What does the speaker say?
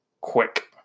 quick